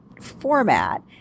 format